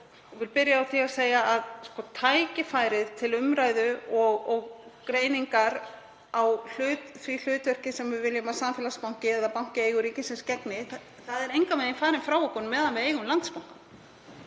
vil byrja á því að segja að tækifærið til umræðu og greiningar á því hlutverki sem við viljum að samfélagsbanki eða banki í eigu ríkisins gegni er engan veginn farið frá okkur á meðan við eigum Landsbankann.